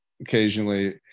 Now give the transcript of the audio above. occasionally